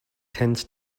tends